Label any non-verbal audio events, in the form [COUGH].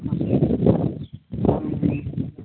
[UNINTELLIGIBLE]